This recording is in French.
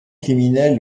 criminel